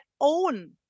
own